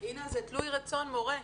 אינה, זה תלוי ברצון מורה,